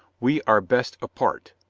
we are best apart,